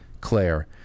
Claire